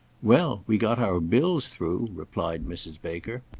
well! we got our bills through, replied mrs. baker.